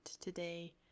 today